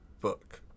book